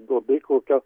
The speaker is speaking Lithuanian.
duobė kokia